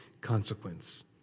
consequence